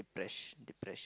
depression depression